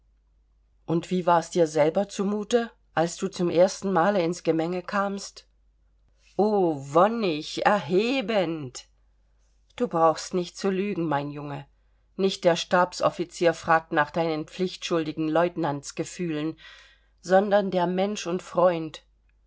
und wie war's dir selber zu mute als du zum erstenmale ins gemenge kamst o wonnig erhebend du brauchst nicht zu lügen mein junge nicht der stabsoffizier fragt nach deinen pflichtschuldigen lieutenantsgefühlen sondern der mensch und freund